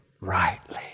rightly